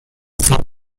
sort